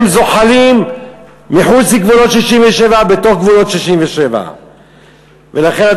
הם זוחלים מחוץ לגבולות 67' ובתוך גבולות 67'. ולכן,